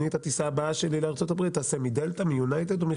את הטיסה הבאה שלי לארצות הברית אעשה מחברה אחרת.